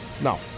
No